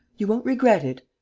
you won't regret it.